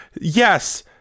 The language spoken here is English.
yes